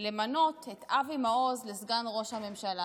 למנות את אבי מעוז לסגן ראש הממשלה,